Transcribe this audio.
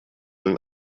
den